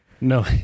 No